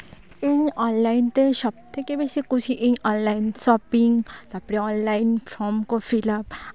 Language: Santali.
ᱤᱧ ᱚᱱᱞᱟᱭᱤᱱ ᱛᱮ ᱥᱚᱵᱽ ᱛᱷᱮᱠᱮ ᱵᱮᱥᱤ ᱠᱩᱥᱤᱭᱟᱜ ᱟᱹᱧ ᱚᱱᱞᱟᱭᱤᱱ ᱥᱚᱯᱤᱝ ᱛᱟᱨᱯᱚᱨᱮ ᱚᱱᱞᱟᱭᱤᱱ ᱯᱷᱨᱚᱢ ᱠᱚ ᱯᱷᱤᱞᱟᱯ